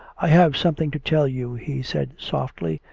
i have something to tell you, he said softly.